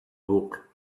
book